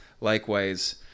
Likewise